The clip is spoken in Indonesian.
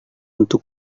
untuk